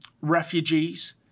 refugees